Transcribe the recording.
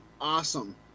awesome